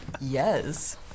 Yes